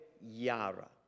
Yara